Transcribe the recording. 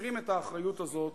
מסירים את האחריות הזאת